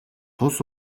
тус